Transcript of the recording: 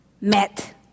met